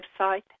website